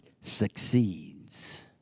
succeeds